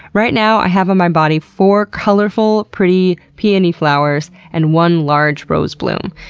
right now, i have on my body four colorful, pretty, peony flowers and one large rose bloom.